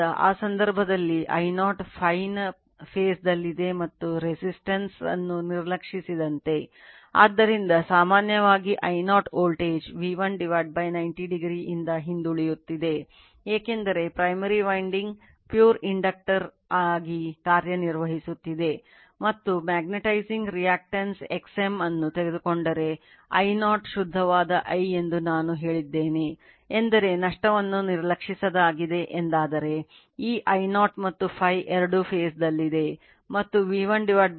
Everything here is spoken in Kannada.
ಆದ್ದರಿಂದ ಆ ಸಂದರ್ಭದಲ್ಲಿ I0 Φ ನ ಫೇಸ್ ದಲ್ಲಿದೆ ಮತ್ತು resistance x m ಅನ್ನು ತೆಗೆದುಕೊಂಡರೆ I 0 ಶುದ್ಧವಾದ I ಎಂದು ನಾನು ಹೇಳಿದ್ದೇನೆ ಎಂದರೆ ನಷ್ಟವನ್ನು ನಿರ್ಲಕ್ಷಿಸಲಾಗಿದೆ ಎಂದಾದರೆ ಈ I0 ಮತ್ತು Φ ಎರಡೂ ಫೇಸ್ ದಲ್ಲಿದೆ ಮತ್ತು V190 o ನಿಂದ ಹಿಂದುಳಿದಿದೆ